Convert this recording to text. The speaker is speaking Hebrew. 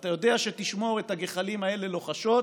ואתה יודע שתשמור את הגחלים האלה לוחשות,